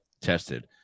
tested